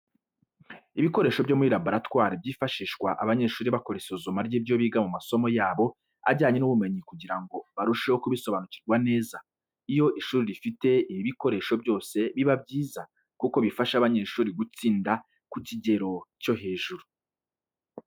Ibikoresho byo muri laboratwari byifashishwa abanyeshuri bakora isuzuma ry'ibyo biga mu masomo yabo ajyanye n'ubumenyi kugira ngo barusheho kubisobanukirwa neza. Iyo ishuri rifite ibi bikoresho byose biba byiza kuko bifasha abanyeshuri gutsinda ku kigero cyo hejuru.